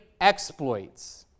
exploits